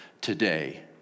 today